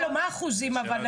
מה האחוז מבין